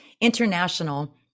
international